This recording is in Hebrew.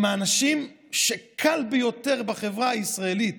הם האנשים שקל ביותר בחברה הישראלית